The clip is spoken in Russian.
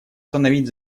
установить